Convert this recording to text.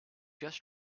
just